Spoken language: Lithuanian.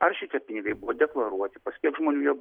ar šitie pinigai buvo deklaruoti pas kiek žmonių jie